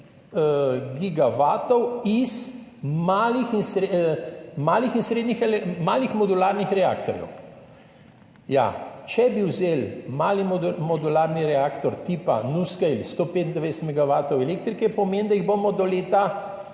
375 gigavatov iz malih modularnih reaktorjev. Ja, če bi vzeli mali modularni reaktor tipa NuScale 125 megavatov elektrike, pomeni, da jih bomo do leta